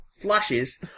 flashes